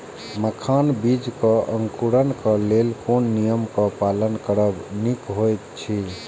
मखानक बीज़ क अंकुरन क लेल कोन नियम क पालन करब निक होयत अछि?